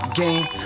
game